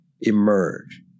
emerge